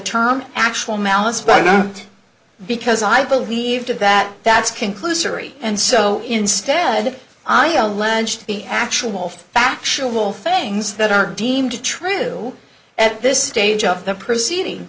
term actual malice but not because i believed that that's conclusory and so instead i own lunch to the actual factual things that are deemed true at this stage of the proceeding